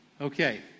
Okay